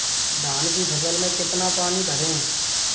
धान की फसल में कितना पानी भरें?